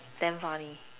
damn funny